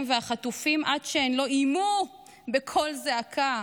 והחטופים עד שהן לא איימו בקול זעקה,